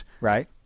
Right